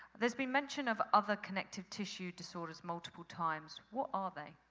there's been mention of other connective tissue disorders multiple times, what are they?